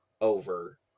over